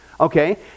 Okay